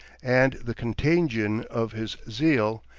and the contagion of his zeal,